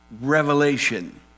revelation